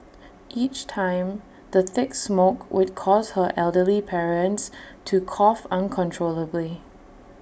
each time the thick smoke would cause her elderly parents to cough uncontrollably